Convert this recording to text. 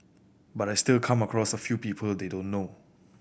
but I still come across a few people they don't know